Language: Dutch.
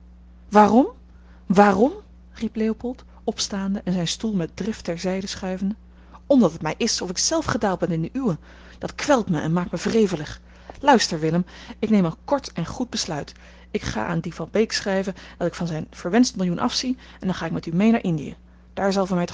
waarom waarom riep leopold opstaande en zijn stoel met drift ter zijde schuivende omdat het mij is of ik zelf gedaald ben in de uwe dat kwelt mij en maakt mij wrevelig luister willem ik neem een kort en goed besluit ik ga aan dien van beek schrijven dat ik van zijn verwenscht millioen afzie en dan ga ik met u mee naar indië daar zal